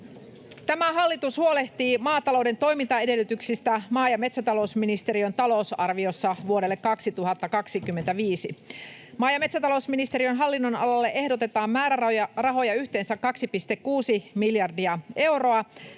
Tämä hallitus huolehtii maatalouden toimintaedellytyksistä maa- ja metsätalousministeriön talousarviossa vuodelle 2025. Maa- ja metsätalousministeriön hallinnonalalle ehdotetaan määrärahoja yhteensä 2,6 miljardia euroa.